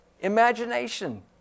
imagination